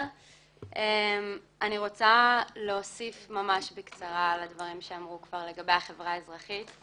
אני רוצה להוסיף ממש בקצרה על הדברים שאמרו כבר לגבי החברה האזרחית.